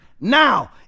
now